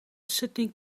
sydney